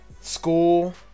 school